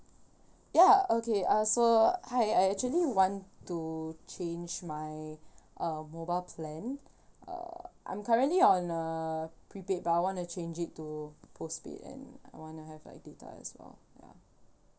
ya okay uh so hi I actually want to change my uh mobile plan uh I'm currently on a prepaid but I wanna change it to postpaid and I wanna have like data as well ya